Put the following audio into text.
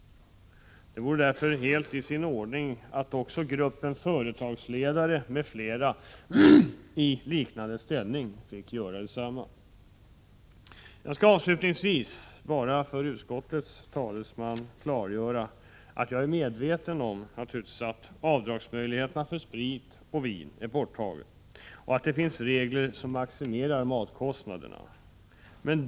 Det vore därför helt i sin ordning att också gruppen företagsledare m.fl. i liknande ställning fick göra det. Jag skall avslutningsvis bara för utskottets talesman klargöra att jag är medveten om att avdragsmöjligheten är borttagen för sprit och vin och att det finns regler som maximerar matkostnaderna.